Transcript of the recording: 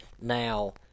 Now